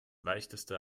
leichteste